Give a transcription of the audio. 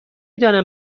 دانم